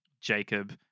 Jacob